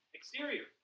Exterior